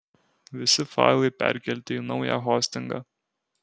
visi failai perkelti į naują hostingą